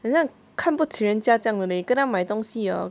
很像看不起人家这样的 leh 跟他买东西 hor